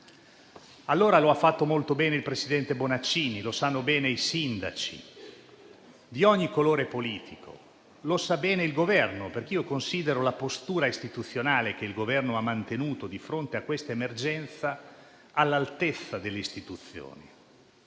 Allora lo ha fatto molto bene il presidente Bonaccini, lo sanno bene i sindaci di ogni colore politico, lo sa bene il Governo, perché io considero la postura istituzionale che l'Esecutivo ha mantenuto di fronte a questa emergenza all'altezza delle istituzioni.